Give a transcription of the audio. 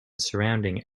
surrounding